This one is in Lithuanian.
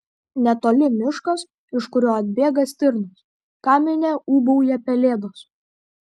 netoli miškas iš kurio atbėga stirnos kamine ūbauja pelėdos